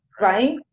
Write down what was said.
Right